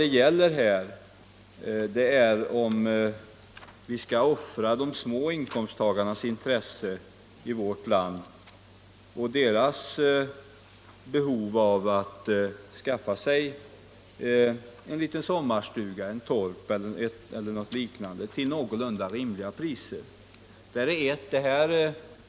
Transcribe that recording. Det gäller ju här om vi skall offra de små inkomsttagarnas intresse i vårt land och deras behov av att skaffa sig sommarstuga, torp eller liknande till någorlunda rimliga priser.